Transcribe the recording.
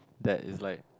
that is like